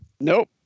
Nope